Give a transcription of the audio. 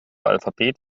alphabet